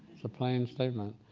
a plain statement.